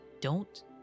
don't-